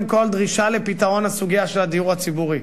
כול דרישה לפתרון הסוגיה של הדיור הציבורי.